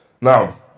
Now